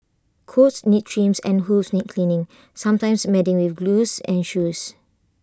coats need trims and hooves need cleaning sometimes mending with glue and shoes